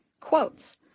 quotes